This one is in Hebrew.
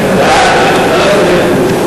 התשע"א 2010,